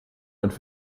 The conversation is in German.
und